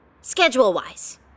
schedule-wise